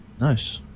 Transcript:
Nice